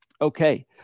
Okay